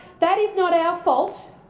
that is not our fault.